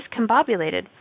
discombobulated